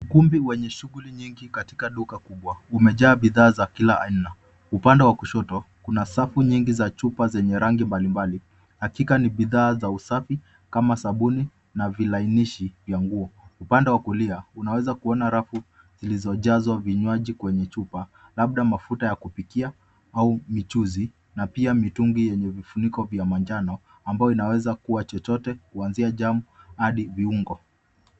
Ukumbi wenye shughuli nyingi katika duka kubwa umejaa bidhaa za kila aina, upande wa kushoto kuna safu nyingi za chupa zenye rangi mbalimbali hakika ni bidhaa za usafi kama sabuni na vilainishi vya nguo. Upande wa kulia unaweza kuona rafu zilizojazwa vinywaji kwenye chupa labda mafuta ya kupikia au michuzi na pia mitungi yenye vifuniko vya manjano ambayo inaweza kuwa chochote kuanzia jam hadi viungo.